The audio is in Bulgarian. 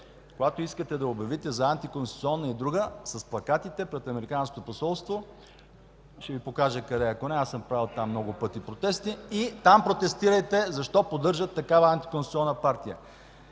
когато искате да я обявите за антиконституционна и друга – с плакатите пред Американското посолство. Ще Ви покажа къде е, ако не знаете, аз съм правил там много пъти протести. Там протестирайте защо поддържате такава антиконституционна партия.